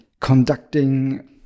conducting